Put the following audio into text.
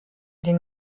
den